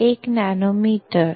1 nanometre